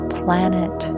planet